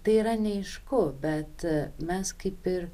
tai yra neaišku bet mes kaip ir